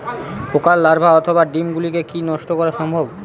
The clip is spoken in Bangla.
পোকার লার্ভা অথবা ডিম গুলিকে কী নষ্ট করা সম্ভব?